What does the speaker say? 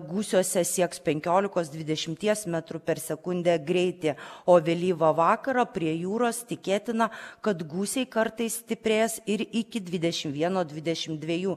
gūsiuose sieks penkiolikos dvidešimties metrų per sekundę greitį o vėlyvą vakarą prie jūros tikėtina kad gūsiai kartais stiprės ir iki dvidešimt vieno dvidešimt dviejų